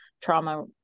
trauma